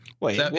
Wait